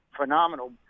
phenomenal